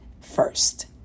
first